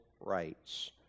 rights